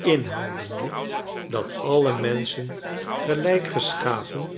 inhoudende dat alle menschen gelijk geschapen